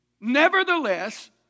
Nevertheless